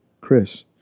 Chris